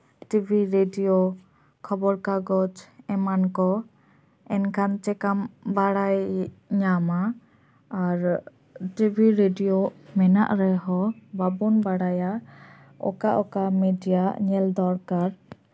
TV radio ᱠᱷᱚᱵᱚᱨ ᱠᱟᱜᱚᱡ ᱮᱢᱟᱱ ᱠᱚ ᱮᱱᱠᱷᱟᱱ ᱪᱮᱠᱟᱢ ᱵᱟᱲᱟᱭ ᱧᱟᱢᱟ ᱟᱨ ᱴᱤᱵᱷᱤ ᱨᱮᱰᱤᱭᱳ ᱢᱮᱱᱟᱜ ᱨᱮᱦᱚᱸ ᱵᱟᱵᱚᱱ ᱵᱟᱲᱟᱭᱟ ᱚᱠᱟᱼᱚᱠᱟ ᱢᱮᱰᱤᱭᱟ ᱧᱮᱞ ᱫᱚᱨᱠᱟᱨ